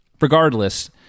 Regardless